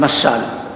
למשל,